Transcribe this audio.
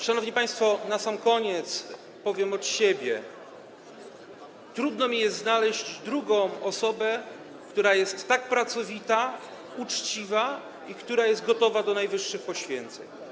Szanowni państwo, na sam koniec powiem od siebie, że trudno mi jest znaleźć drugą osobę, która jest tak pracowita, uczciwa i gotowa do najwyższych poświęceń.